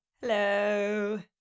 Hello